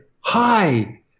hi